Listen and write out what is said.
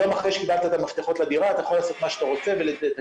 יום אחרי שקיבלת את המפתחות לדירה אתה יכול לעשות מה שאתה רוצה ולתקן.